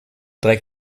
dreck